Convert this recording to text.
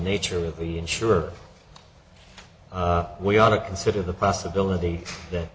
nature of the insurer we ought to consider the possibility that